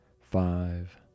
five